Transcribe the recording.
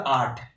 art